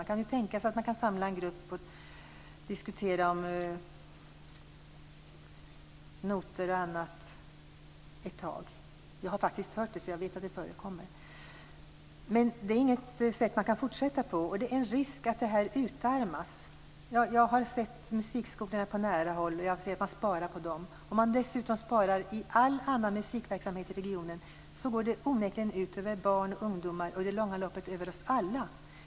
Man kan tänka sig att samla en grupp och diskutera noter och annat ett tag. Jag har faktiskt hört detta, så jag vet att det förekommer. Men det är inget sätt som man kan fortsätta på. Det finns en risk att det här utarmas. Jag har sett musikskolorna på nära håll, och jag har sett hur man sparar på dem. Om man dessutom sparar på all annan musikverksamhet i regionen går det onekligen ut över barn och ungdomar och i det långa loppet över oss alla.